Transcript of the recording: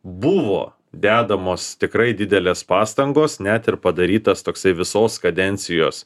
buvo dedamos tikrai didelės pastangos net ir padarytas toksai visos kadencijos